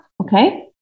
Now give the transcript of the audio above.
okay